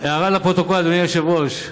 לתיקון פקודת בריאות העם (מס' 34)